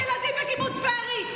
על שרפת ילדים בקיבוץ בארי,